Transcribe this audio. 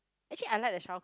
actually I like the shower